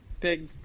big